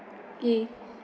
okay